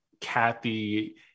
Kathy